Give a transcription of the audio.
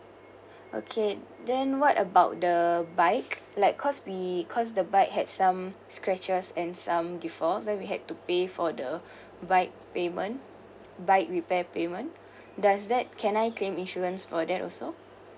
okay then what about the bike like cause we cause the bike has some scratches and some default then we had to pay for the bike payment bike repair payment does that can I claim insurance for that also